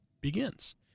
begins